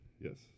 Yes